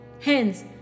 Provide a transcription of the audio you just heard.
Hence